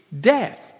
death